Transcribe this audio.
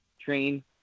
train